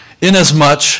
inasmuch